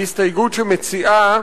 היא הסתייגות שמציעה,